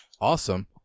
Awesome